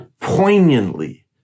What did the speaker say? poignantly